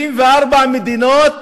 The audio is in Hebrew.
24 מדינות,